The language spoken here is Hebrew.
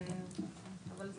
כן אנחנו מעודכנים לגבי הכל.